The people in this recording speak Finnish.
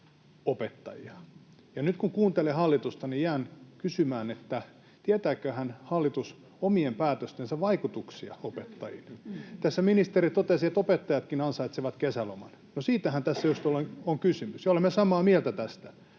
Nyt kun kuuntelee hallitusta, jään kysymään, tietääköhän hallitus omien päätöstensä vaikutuksia opettajille. Tässä ministeri totesi, että opettajatkin ansaitsevat kesäloman. No, siitähän tässä just on kysymys, ja olemme samaa mieltä tästä.